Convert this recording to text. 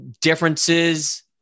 differences